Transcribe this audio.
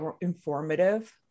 informative